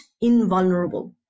invulnerable